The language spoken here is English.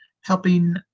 helping